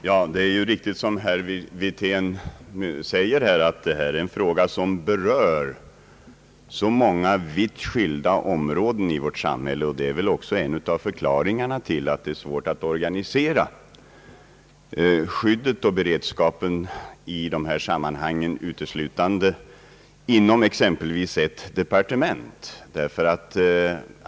Herr talman! Det är riktigt, som herr Wirtén säger, att detta är en fråga som berör många vitt skilda områden i vårt samhälle. Det är väl också en av förklaringarna till att det är svårt att organisera skyddet och beredskapen i dessa sammanhang uteslutande inom exempelvis ett departement.